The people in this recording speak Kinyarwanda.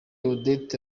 odette